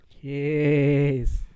Yes